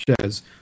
shares